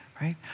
right